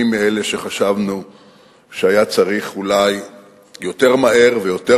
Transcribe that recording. אני מאלה שחשבו שהיה צריך אולי יותר מהר ויותר